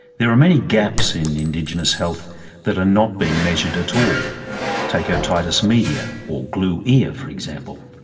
there are many gaps in indigenous health that are not being measured at all take otitis media, or glue ear, for example.